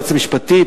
היועץ המשפטי,